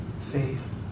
Faith